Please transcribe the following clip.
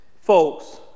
folks